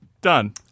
Done